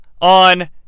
on